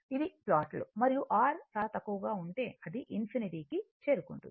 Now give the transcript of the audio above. ఇది ప్లాట్లు మరియు R చాలా తక్కువగా ఉంటే అది ఇన్ఫినిటీ ∞ కి చేరుకుంటుంది